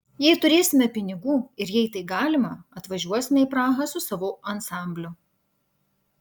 jei turėsime pinigų ir jei tai galima atvažiuosime į prahą su savo ansambliu